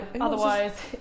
otherwise